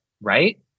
right